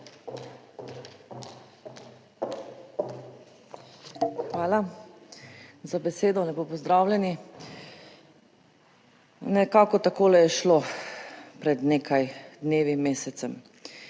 Hvala za besedo. Lepo pozdravljeni! Nekako takole je šlo pred nekaj dnevi, mesecem.